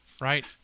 right